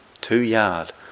two-yard